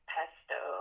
pesto